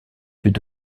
fut